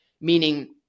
Meaning